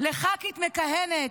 לח"כית מכהנת,